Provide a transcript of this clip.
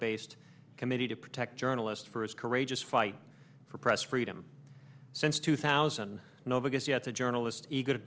based committee to protect journalists for his courageous fight for press freedom since two thousand novus yes a journalist eager to